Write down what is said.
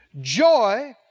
Joy